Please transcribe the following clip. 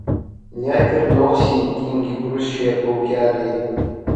net ir nosyj tingiai krusčioja plaukeliai